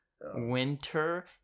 Winter